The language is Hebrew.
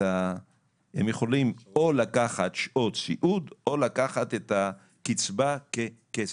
הם יכולים או לקחת שעות סיעוד או לקחת את הקצבה ככסף.